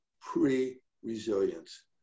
pre-resilience